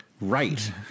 Right